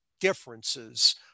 differences